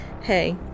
hey